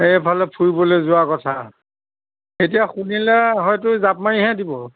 এফালে ফুৰিবলৈ যোৱাৰ কথা এতিয়া শুনিলে হয়তো জাপ মাৰিহে দিব